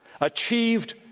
achieved